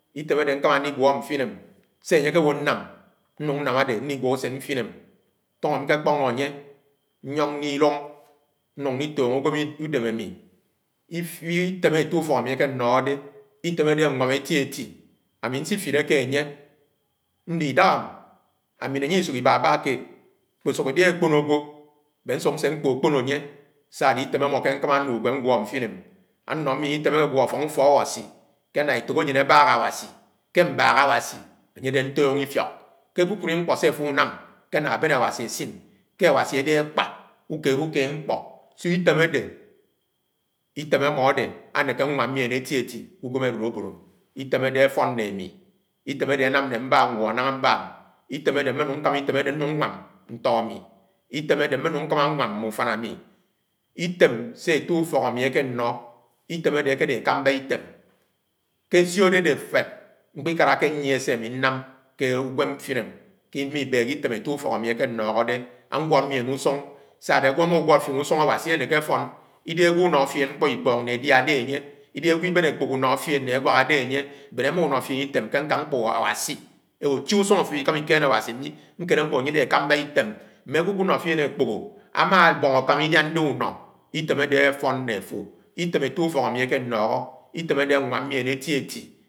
Átem ade ñkãmã ñkámá ãligwe mfine se añye akẽwo nám, nam ade nligho usen mfine m! Fóné ñkẽ kpóngó anye nyóng ali ìlúng ñuñg ñli tónó unwém idém ami, item ette ufok ami ake ñọhọ̃dẽ, itém ade anwam eti eti, ami ñsifilékẽ anye. Ade ìdáhá ami ne anye ìsúk ibaba kéed ikpúsúk ìdé ákpón ágwo ade ñsuk ase ñkpõkpõnó ánye, sa-ade ifem ámo ñkámá nlú unwém nglọ́ mfine mi. Anọ ñyìen ìtem akeguo àfáng ifọk Awasi ke na etohogén abaak Awasi ke mbaak Awasi anye adẽ ñtónó ifiok, ke kpúkprú ñkpọ se afo awo únám ke úkeẽd ñkpọ. Itém amõ adi anékè añwãm ñyìen eti eti ke úwém alolobod m. Item adẽ afon me ami, item ade anám ne-mba aguọ nañga mab M. Mme núng nkámá item ade núng nwám ntọ ami, item adẽ mmẽ nung nkãmã nwam̃ mme úfan ami. Itém se ette úfok ami ake ñnọ, ìtem ade akèdẽ ekãmbá item ke siọhọ ade éféb ñkpikálákẽ nyiè se ami ñam kd anwem mfiné mihi ibẽhẽ item ette ufok ami ake nñọkọ̃dẽ ãnwọd nyien úsung sa-ade agwo ama uñwọd fien usung Awasi aneke afon. Idedẽ agwo únọ fien ñkpo na adia ikpong ade anye, idihẽ agwo ibén akpõho unọ fien na ánwák adẽ avwo ibén akpõho unọ fien na ánwák adẽ ánye, adẽ ama únọfien ìtém ke ñkáng nkpo Awasi, che-ùsúñg afo awìhì ikámá ihéné Awasi mi nkéléwó añye ádẽ ekámbá ìtém. Mme agwo àkpunọ fien akpóhó ama abong akam ìliande umo ìtém ade áfon ne afo. Item ette ùfok ami akénọlọ item ade ánwám mien eti eti.